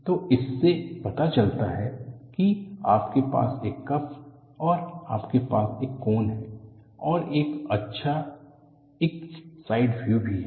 तो इससे पता चलता है कि आपके पास एक कप है और आपके पास एक कोन है और एक अच्छा एक साइड व्यू भी है